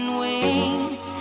wings